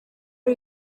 are